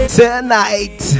Tonight